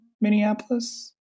Minneapolis